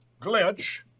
glitch